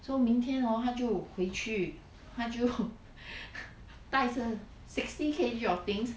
so 明天 hor 她就回去她就 带着 sixty K_G of things